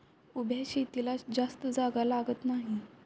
उभ्या शेतीला जास्त जागा लागत नाही